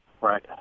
right